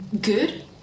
good